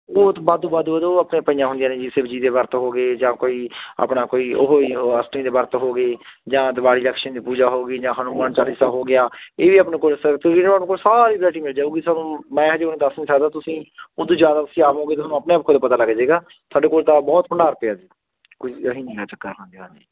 ਉਹ ਤਾਂ ਵਾਧੂ ਵਾਧੂ ਉਹ ਆਪਣੇ ਪਈਆਂ ਹੁੰਦੀਆਂ ਨੇ ਜੀ ਸ਼ਿਵਜੀ ਦੇ ਵਰਤ ਹੋ ਗਏ ਜਾਂ ਕੋਈ ਆਪਣਾ ਕੋਈ ਉਹੀ ਉਹ ਅਸ਼ਟਮੀ ਦੇ ਵਰਤ ਹੋ ਗਏ ਜਾਂ ਦਿਵਾਲੀ ਜ਼ੰਕਸ਼ਨ ਦੀ ਪੂਜਾ ਹੋ ਗਈ ਜਾਂ ਹਨੂੰਮਾਨ ਚਾਲੀਸਾ ਹੋ ਗਿਆ ਇਹ ਵੀ ਆਪਣੇ ਕੋਲ ਸਰ ਕੋਲ ਸਾਰੀ ਵਰਾਇਟੀ ਮਿਲ ਜਾਊਗੀ ਤੁਹਾਨੂੰ ਮੈਂ ਅਜੇ ਹੁਣ ਦੱਸ ਨਹੀਂ ਸਕਦਾ ਤੁਸੀਂ ਉਦੋਂ ਜਦ ਤੁਸੀਂ ਆਵੋਗੇ ਤੁਹਾਨੂੰ ਆਪਣੇ ਆਪ ਪਤਾ ਲੱਗ ਜਾਵੇਗਾ ਸਾਡੇ ਕੋਲ ਤਾਂ ਬਹੁਤ ਭੰਡਾਰ ਪਿਆ ਜੀ ਕੋਈ ਅਸੀਂ